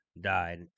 died